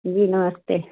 जी नमस्ते